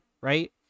right